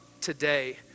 today